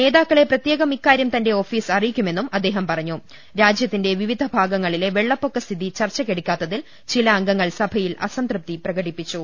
നേതാ ക്കളെ പ്രത്യേകം ഇക്കാര്യം തന്റെ ഓഫീസ് അറിയിക്കുമെന്നും അദ്ദേഹം പറഞ്ഞു രാജ്യത്തിന്റെ വിവിധ ഭാഗങ്ങളില്ല വെളളപ്പൊക്ക സ്ഥിതി ചർച്ച ക്കെടുക്കാത്തിൽ ചില അംഗുങ്ങൾ സഭയിൽ അസംതൃപ്തി പ്രക ടിപ്പിച്ചു